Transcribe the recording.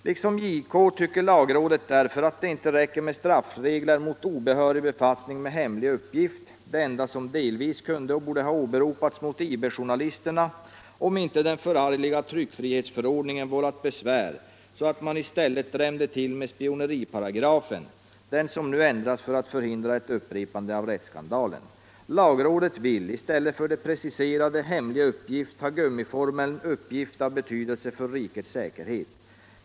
Liksom JK tycker lagrådet därför att det inte räcker med straffregler mot obehörig befattning med hemlig uppgift — det enda som delvis kunde och borde ha åberopats mot IB-journalisterna, om inte den förargliga tryckfrihetsförordningen vållat besvär så att man i stället drämde till med spioneriparagrafen (den som nu ändras för att förhindra ett upprepande av rättsskandalen. Lagrådet vill i stället för det preciserade ”hemlig uppgift” ha gummiformeln ”uppgift av betydelse för rikets säkerhet".